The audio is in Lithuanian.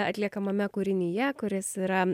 atliekamame kūrinyje kuris yra